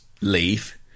leave